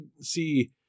see